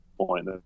point